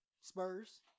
Spurs